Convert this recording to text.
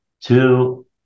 two